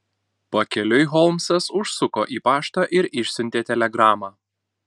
pakeliui holmsas užsuko į paštą ir išsiuntė telegramą